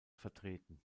vertreten